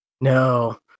No